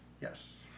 Yes